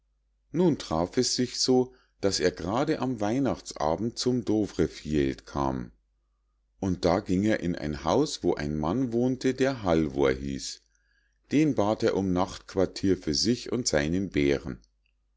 nun traf es sich so daß er grade am weihnachts abend zum dovrefjeld kam und da ging er in ein haus wo ein mann wohnte der halvor hieß den bat er um nachtquartier für sich und seinen bären